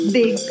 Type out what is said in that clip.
big